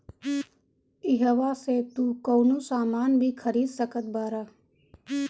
इहवा से तू कवनो सामान भी खरीद सकत बारअ